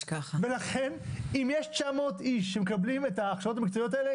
לכן אם יש 900 אנשים שמקבלים את ההכשרות המקצועיות האלה,